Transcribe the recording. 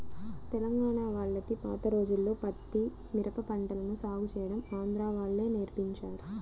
తెలంగాణా వాళ్లకి పాత రోజుల్లో పత్తి, మిరప పంటలను సాగు చేయడం ఆంధ్రా వాళ్ళే నేర్పించారు